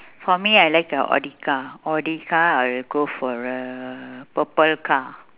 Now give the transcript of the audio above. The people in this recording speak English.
for me I like a audi car audi car I'll go for uhh purple car